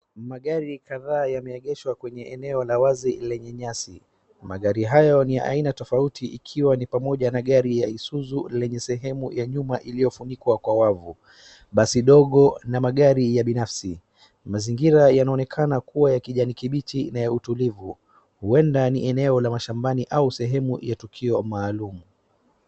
Magari kadhaa yameegeshwa kwenye eneo la wazi lenye nyasi. Magari hayo ni ya aina tofauti ikiwa ni pamoja na gari ya Isuzu lenye sehemu ya nyuma iliyofunikwa kwa wavu, basi dogo na magari ya binafsi. Mazingira yanaonekana kuwa ya kijani kibichi na ya utulivu. Huenda ni eneo la mashambani au sehemu ya tukio maalum.